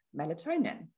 melatonin